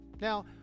Now